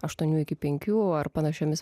aštuonių iki penkių ar panašiomis